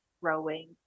rowing